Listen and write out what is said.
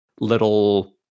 little